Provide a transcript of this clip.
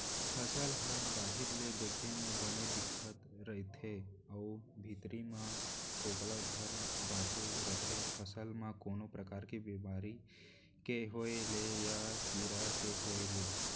फसल ह बाहिर ले देखे म बने दिखत रथे अउ भीतरी म फोकला भर बांचे रथे फसल म कोनो परकार के बेमारी के होय ले या कीरा के होय ले